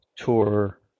tour